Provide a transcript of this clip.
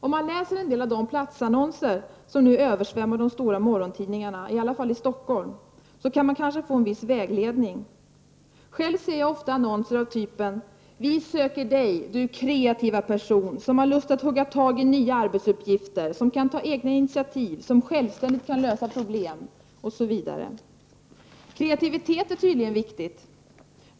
Om man läser en del av de platsannonser som just nu översvämmar de stora morgontidningarna, i alla fall i Stockholm, kan man kanske få viss vägledning. Jag ser ofta annonser av typen: Vi söker dig, du kreativa person, som har lust att hugga tag i nya arbetsuppgifter, som kan ta egna initiativ, som självständigt kan lösa problem osv. Kreativitet är tydligen viktigt.